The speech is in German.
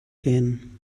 werden